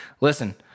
listen